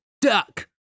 duck